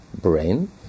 brain